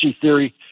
theory